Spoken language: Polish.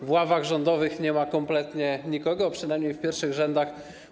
W ławach rządowych nie ma kompletnie nikogo, przynajmniej w pierwszych rzędach.